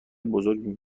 بزرگ